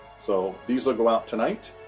so these will go out tonight.